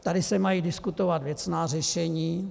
Tady se mají diskutovat věcná řešení.